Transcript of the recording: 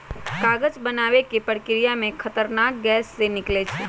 कागज बनाबे के प्रक्रिया में खतरनाक गैसें से निकलै छै